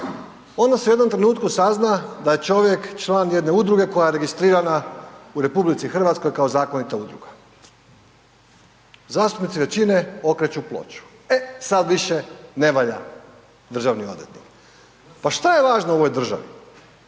Onda se u jednom trenutku sazna da je čovjek član jedne udruge koja je registrirana u RH kao zakonita udruga, zastupnici većine okreću ploču, e sada više ne valja državni odvjetnik. Pa što je važno u ovoj državi?